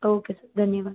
okay sir धन्यवाद